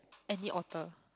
any author